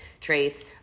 traits